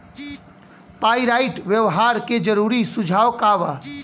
Pyrite व्यवहार के जरूरी सुझाव का वा?